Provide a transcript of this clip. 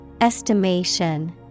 Estimation